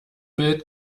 bild